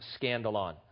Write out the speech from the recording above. scandalon